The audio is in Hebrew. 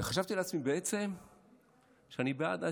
וחשבתי לעצמי בעצם שאני בעד עשרה,